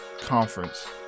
conference